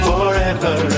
Forever